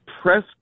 press